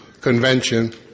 convention